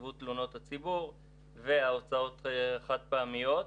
נציבות תלונות הציבור והוצאות חד פעמיות.